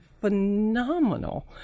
phenomenal